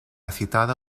citada